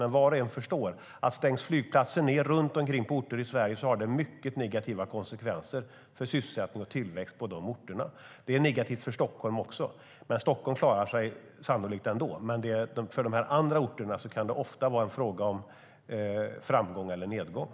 Men var och en förstår att om flygplatser stängs ned runt omkring på orter i Sverige har det mycket negativa konsekvenser för sysselsättning och tillväxt på dessa orter. Det är negativt för Stockholm också. Stockholm klarar sig sannolikt ändå, men för dessa andra orter kan det ofta vara en fråga om framgång eller nedgång.